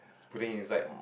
putting inside